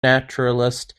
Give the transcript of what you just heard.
naturalist